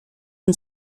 und